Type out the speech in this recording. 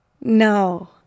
No